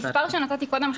המספר שנתתי קודם,